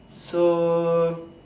so